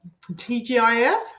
TGIF